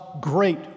great